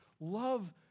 love